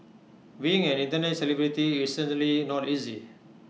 being an Internet celebrity is certainly not easy